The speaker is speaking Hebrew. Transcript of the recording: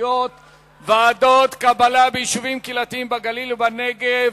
השיתופיות (ועדות קבלה ביישובים קהילתיים בגליל ובנגב),